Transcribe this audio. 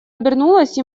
обернулась